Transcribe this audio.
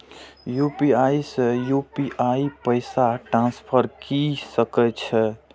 UPI से UPI पैसा transfer की सके छी?